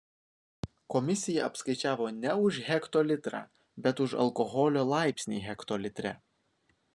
komisija apskaičiavo ne už hektolitrą bet už alkoholio laipsnį hektolitre